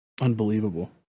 Unbelievable